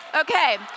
Okay